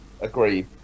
agree